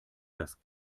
das